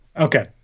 Okay